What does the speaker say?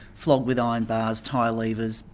flogged with iron bars, tyre levers,